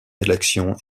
élection